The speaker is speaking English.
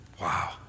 Wow